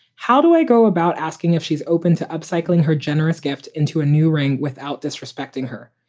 how do i go about asking if she's open to upcycling her generous gift into a new ring without disrespecting her?